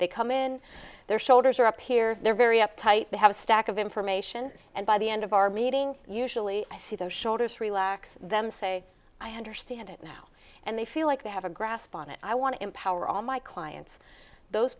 they come in their shoulders are up here they're very up tight they have a stack of information and by the end of our meeting usually i see their shoulders relax them say i understand it now and they feel like they have a grasp on it i want to empower all my clients those